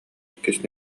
иккис